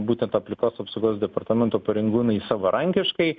būtent aplikos apsaugos departamento parengūnai savarankiškai